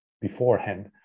beforehand